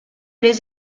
les